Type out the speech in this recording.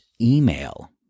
email